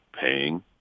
paying